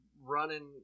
running